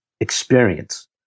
experience